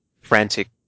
frantic